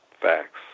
facts